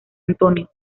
antonio